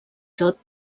tot